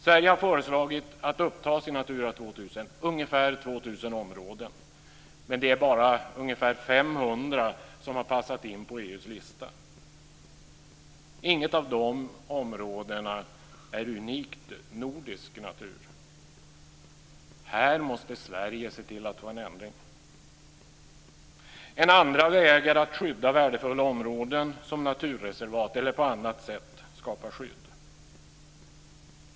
Sverige har föreslagit ungefär 2 000 områden att upptas i Natura 2000, men det är bara ungefär 500 som passar in på EU:s lista. Inget av de områdena har en unikt nordisk natur. Här måste Sverige se till att få till stånd en ändring. En andra väg är att skydda värdefulla områden som naturreservat eller att på annat sätt skapa skydd.